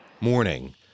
morning